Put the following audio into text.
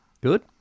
Good